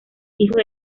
hijo